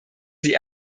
sie